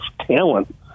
talent